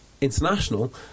international